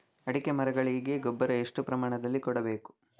ಅಡಿಕೆ ಮರಗಳಿಗೆ ಗೊಬ್ಬರ ಎಷ್ಟು ಪ್ರಮಾಣದಲ್ಲಿ ಕೊಡಬೇಕು?